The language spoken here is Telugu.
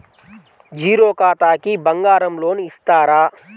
జీరో ఖాతాకి బంగారం లోన్ ఇస్తారా?